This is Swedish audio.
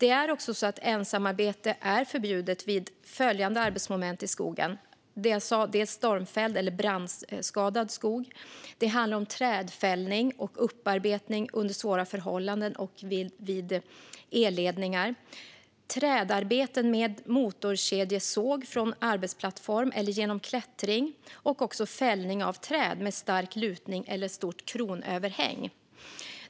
Ensamarbete är förbjudet vid följande arbetsmoment i skogen: röjning av stormfälld eller brandskadad skog, trädfällning och upparbetning under svåra förhållanden och vid elledningar, trädarbeten med motorkedjesåg från arbetsplattform eller genom klättring samt fällning av träd med stark lutning eller stort kronöverhäng.